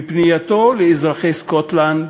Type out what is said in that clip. בפנייתו לאזרחי סקוטלנד: